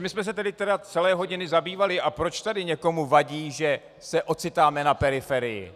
Čím jsme se tedy celé hodiny zabývali a proč tady někomu vadí, že se ocitáme na periferii?